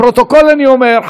לפרוטוקול אני אומר,